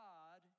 God